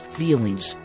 feelings